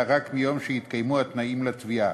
אלא רק מיום שהתקיימו התנאים לתביעה,